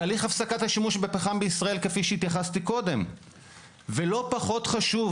תהליך הפסקת השימוש בפחם בישראל כפי שהתייחסתי קודם ולא פחות חשוב